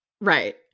Right